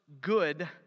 good